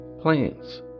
plants